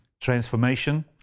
Transformation